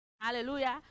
Hallelujah